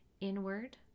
inward